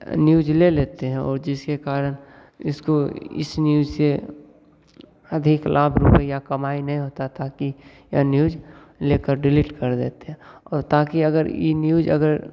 news ले लेते हैं और जिसके कारण इसको इस न्यूज़ से अधिक लाख रुपईया कमइने होता था कि ये न्यूज़ लेकर डिलीट कर देते हैं और ताकि अगर ई न्यूज़ अगर